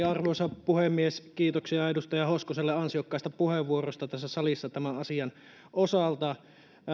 arvoisa puhemies kiitoksia edustaja hoskoselle ansiokkaista puheenvuoroista tässä salissa tämän asian osalta